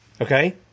Okay